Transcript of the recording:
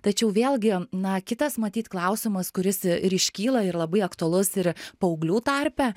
tačiau vėlgi na kitas matyt klausimas kuris ir iškyla ir labai aktualus ir paauglių tarpe